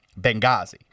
Benghazi